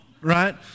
Right